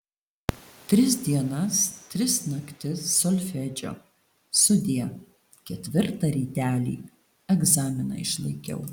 tris dienas tris naktis solfedžio sudie ketvirtą rytelį egzaminą išlaikiau